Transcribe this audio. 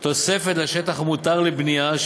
תוספת שטח המותר לבנייה,